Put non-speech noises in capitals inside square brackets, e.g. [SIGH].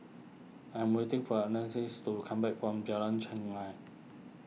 I'm waiting for [UNINTELLIGIBLE] to come back from Jalan Chengam